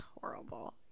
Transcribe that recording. horrible